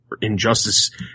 Injustice